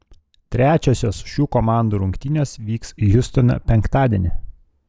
trečiosios šių komandų rungtynės vyks hjustone penktadienį